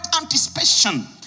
anticipation